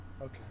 okay